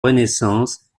renaissance